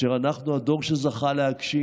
אנחנו הדור שזכה להגשים.